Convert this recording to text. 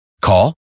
Call